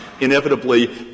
inevitably